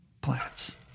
plants